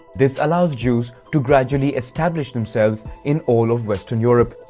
this allows jews to gradually establish themselves in all of western europe.